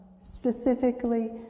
specifically